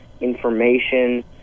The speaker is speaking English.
information